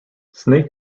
snake